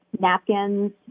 napkins